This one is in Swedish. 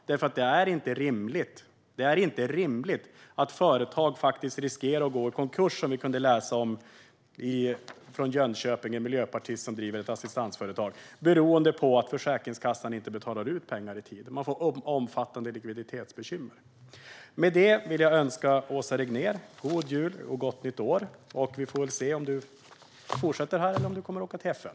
Det är inte rimligt att företag riskerar att gå i konkurs för att Försäkringskassan inte betalar ut pengar i tid, som assistansföretaget i Jönköping som drivs av en miljöpartist och som vi har kunnat läsa om. Företagen får omfattande likviditetsbekymmer. Jag önskar Åsa Regnér god jul och gott nytt år. Vi får se om du fortsätter som statsråd eller åker till FN.